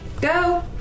Go